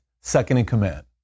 second-in-command